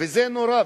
וזה נורא,